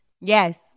Yes